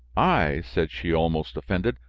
i! said she almost offended.